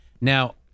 Now